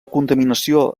contaminació